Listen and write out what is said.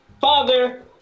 father